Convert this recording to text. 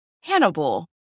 Hannibal